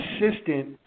consistent